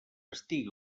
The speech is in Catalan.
estiga